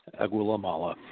Aguilamala